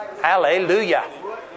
Hallelujah